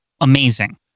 amazing